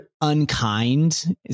unkind